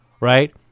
right